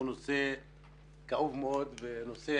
הוא נושא כאוב מאוד ונושא,